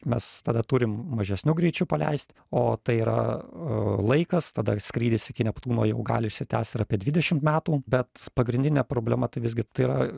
mes tada turim mažesniu greičiu paleist o tai yra laikas tada skrydis iki neptūno jau gali išsitęst ir apie dvidešimt metų bet pagrindinė problema tai visgi tai yra